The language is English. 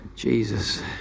Jesus